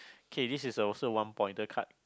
okay this is also one point the card